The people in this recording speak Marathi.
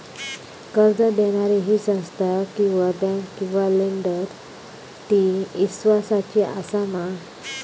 कर्ज दिणारी ही संस्था किवा बँक किवा लेंडर ती इस्वासाची आसा मा?